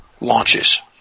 launches